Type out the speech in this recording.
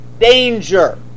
danger